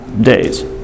days